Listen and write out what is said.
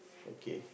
okay